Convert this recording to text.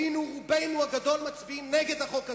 היינו רובנו הגדול מצביעים נגד החוק הזה,